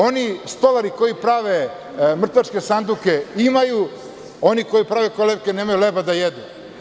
Oni stolari koji prave mrtvačke sanduke imaju, a oni koji prave kolevke nemaju hleba da jedu.